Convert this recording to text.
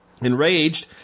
Enraged